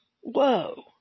whoa